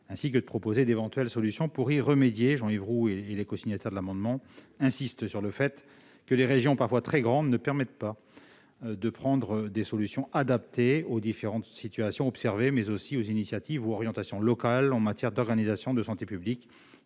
ainsi que de proposer d'éventuelles solutions pour y remédier. Jean-Yves Roux et les auteurs de cet amendement insistent sur le fait que les régions, parfois très grandes, ne permettent pas de prendre des solutions adaptées aux différentes situations observées, mais aussi aux initiatives ou aux orientations locales en matière d'organisation de santé publique.